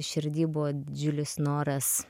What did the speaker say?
širdy buvo didžiulis noras